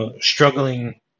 struggling